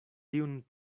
tiun